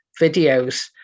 videos